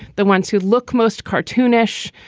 the ones who look most cartoonish,